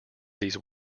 these